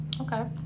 Okay